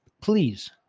please